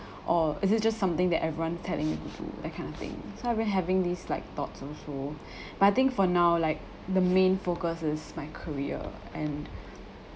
or is it just something that everyone telling me to do that kind of thing so I've been having these like thoughts also but I think for now like the main focus is my career and